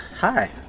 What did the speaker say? Hi